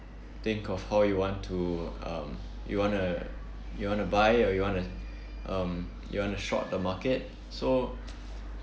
think of how you want to um you wanna you wanna buy or you wanna um you wanna short the market so